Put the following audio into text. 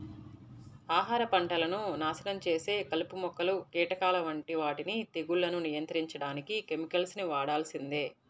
ఆహార పంటలను నాశనం చేసే కలుపు మొక్కలు, కీటకాల వంటి వాటిని తెగుళ్లను నియంత్రించడానికి కెమికల్స్ ని వాడాల్సిందే